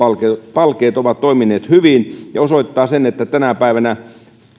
palkeet on toiminut hyvin ja se osoittaa sen että tänä päivänä